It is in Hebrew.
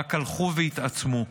רק הלכו והתעצמו,